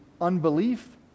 unbelief